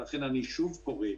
ולכן אני שוב קורא: